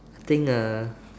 I think a